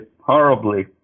horribly